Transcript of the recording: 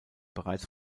bereits